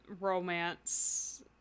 romance